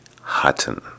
Hutton